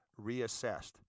Reassessed